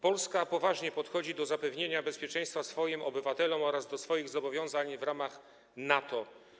Polska poważnie podchodzi do zapewnienia bezpieczeństwa swoim obywatelom oraz do swoich zobowiązań w ramach NATO.